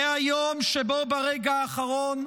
זה היום שבו, ברגע האחרון,